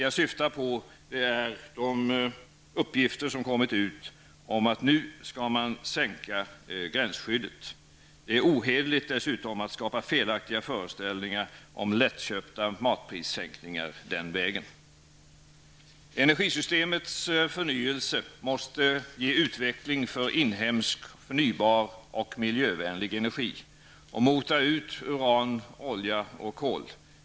Jag syftar på de uppgifter som har kommit ut om att man nu skall sänka gränsskyddet. Det är dessutom ohederligt att den vägen skapa felaktiga föreställningar om lättköpta matprissänkningar. Energisystemets förnyelse måste ge utveckling för inhemsk, förnybar och miljövänlig energi och mota ut uran, olja och kol.